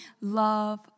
love